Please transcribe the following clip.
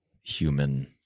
human